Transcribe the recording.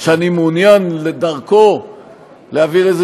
אז אולי הוא,